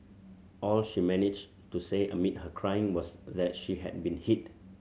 all she managed to say amid her crying was that she had been hit